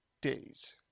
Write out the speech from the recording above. days